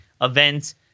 events